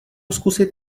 zkusit